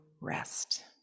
rest